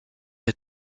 des